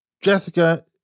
Jessica